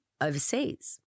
overseas